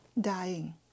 dying